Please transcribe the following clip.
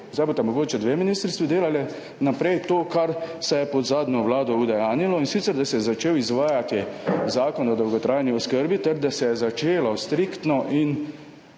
sedaj bosta mogoče dve ministrstvi delali - naprej to, kar se je pod zadnjo vlado udejanjilo, in sicer, da se je začel izvajati Zakon o dolgotrajni oskrbi ter da se je začelo striktno in